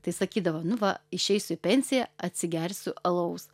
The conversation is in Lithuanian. tai sakydavo nu va išeisiu į pensiją atsigersiu alaus